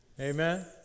Amen